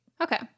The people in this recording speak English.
okay